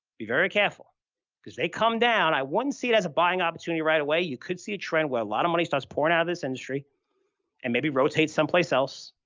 be very careful because they come down, i wouldn't see it as a buying opportunity right away. you could see a trend where a lot of money starts pouring out of this industry and maybe rotate someplace else,